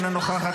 אינה נוכחת,